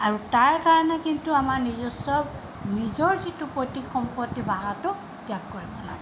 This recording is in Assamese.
আৰু তাৰ কাৰণে কিন্তু আমাৰ নিজস্ব নিজৰ যিটো পৈত্তিক সম্পত্তি ভাষাটো ত্যাগ কৰিব নালাগে